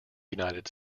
united